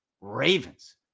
Ravens